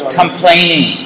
complaining